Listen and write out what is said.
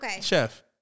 Chef